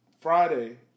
Friday